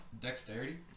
Dexterity